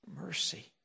mercy